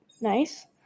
Nice